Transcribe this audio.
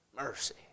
Mercy